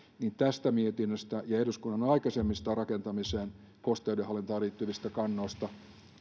niin tästä mietinnöstä ja eduskunnan aikaisemmista rakentamiseen kosteuden hallintaan liittyvistä kannoista